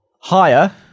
Higher